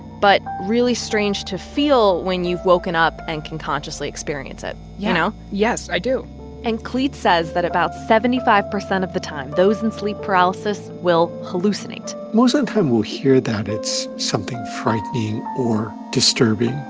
but really strange to feel when you've woken up and can consciously experience it, you know? yeah. yes, i do and clete says that about seventy five percent of the time, those in sleep paralysis will hallucinate most of the time we'll hear that it's something frightening or disturbing.